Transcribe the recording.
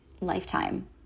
lifetime